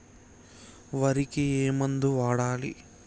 వరికి ఏ మందు వాడాలి?